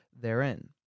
therein